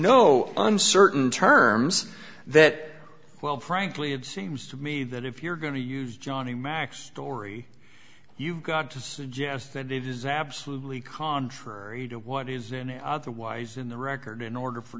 no uncertain terms that well frankly it seems to me that if you're going to use johnny mack's story you've got to suggest that it is absolutely contrary to what is in otherwise in the record in order for